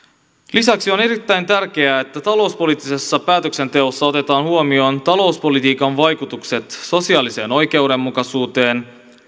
lisäksi on erittäin tärkeää että talouspoliittisessa päätöksenteossa otetaan huomioon talouspolitiikan vaikutukset sosiaaliseen oikeudenmukaisuuteen